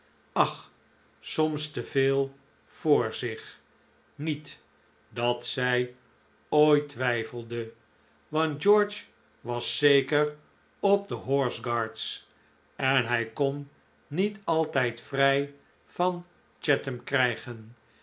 ach soms te veel voor zich niet dat zij ooit twijfelde want george was zeker op de horse guards en hij kon niet altijd vrij van chatham krijgen